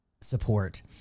Support